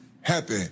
happy